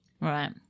right